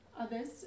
others